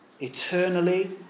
Eternally